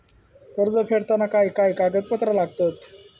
कर्ज फेडताना काय काय कागदपत्रा लागतात?